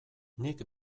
nik